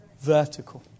vertical